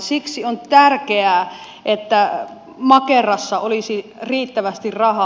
siksi on tärkeää että makerassa olisi riittävästi rahaa